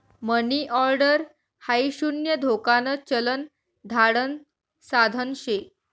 मनी order हाई शून्य धोकान चलन धाडण साधन शे